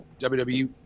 WWE